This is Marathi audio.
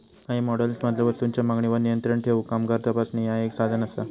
काही मॉडेल्समधलो वस्तूंच्यो मागणीवर नियंत्रण ठेवूक कामगार तपासणी ह्या एक साधन असा